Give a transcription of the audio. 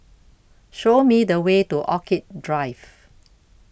Show Me The Way to Orchid Drive